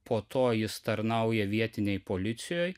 po to jis tarnauja vietinėj policijoj